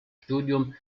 studium